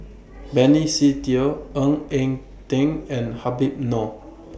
Benny Se Teo Ng Eng Teng and Habib Noh